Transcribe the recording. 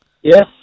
Yes